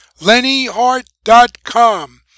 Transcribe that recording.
LennyHart.com